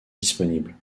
disponibles